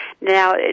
Now